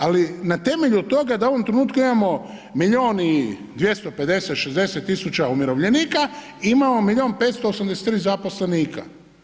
Ali na temelju toga da u ovom trenutku imamo milion i 250, 60 tisuća umirovljenika i imamo milion 583 zaposlenika.